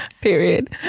Period